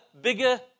bigger